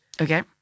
Okay